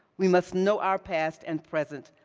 we must know our past and present,